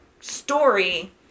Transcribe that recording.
story